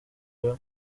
yayo